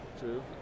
True